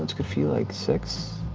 what's good for you? like six,